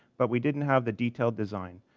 but we didn't have the detailed design.